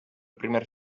primer